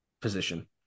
position